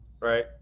Right